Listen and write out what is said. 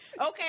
Okay